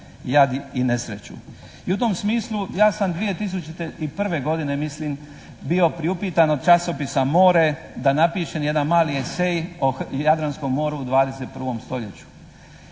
jad i nesreću. I u tom smislu ja sam 2001. godine mislim bio priupitan od časopisa "More" da napišem jedan mali esej o Jadranskom moru u 21. stoljeću.